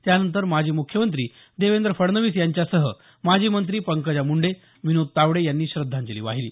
त्यानंतर माजी मुख्यमंत्री देवेंद्र फडणवीस यांच्यासह माजी मंत्री पंकजा मुंडे विनोद तावडे यांनी श्रद्धांजली वाहिली